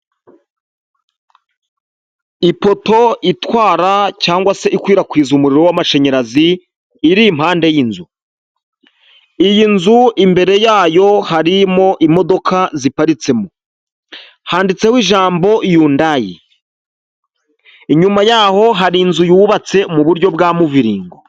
Ipoto itwara cyangwa se ikwirakwiza umuriro w'amashanyarazi iri impande y'inzu. Iyi nzu imbere yayo harimo imodoka ziparitsemo, handitse ijambo yundayi, inyuma yaho hari inzu yubatse mu buryo bwa muviringo.